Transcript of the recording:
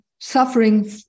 suffering